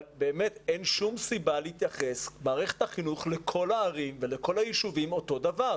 אין שום סיבה שמערכת החינוך תתייחס לכל הערים ולכל היישובים אותו דבר.